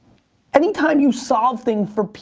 anytime you solve things for,